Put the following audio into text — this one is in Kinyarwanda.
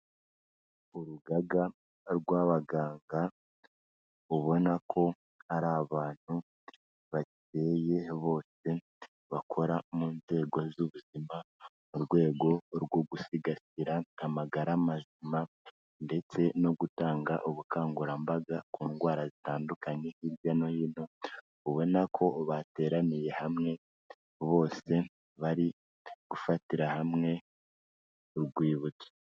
Urugaga rw'abaganga, ubona ko ari abantu bakeye bose bakora mu nzego z'ubuzima, mu rwego rwo gusigasira amagara mazima ndetse no gutanga ubukangurambaga ku ndwara zitandukanye hirya no hino, ubona ko bateraniye hamwe bose, bari gufatira hamwe urwibutso.